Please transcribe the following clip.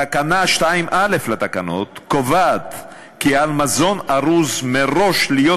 תקנה 2(א) לתקנות קובעת כי על מזון ארוז מראש להיות